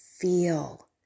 feel